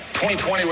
2020